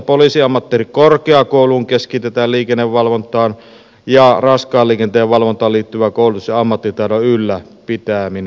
poliisiammattikorkeakouluun keskitetään liikennevalvontaan ja raskaan liikenteen valvontaan liittyvä koulutus ja ammattitaidon ylläpitäminen